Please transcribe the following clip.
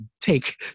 take